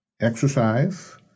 exercise